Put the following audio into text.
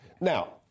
Now